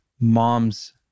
mom's